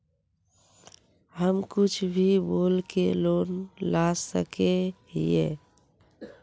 हम कुछ भी बोल के लोन ला सके हिये?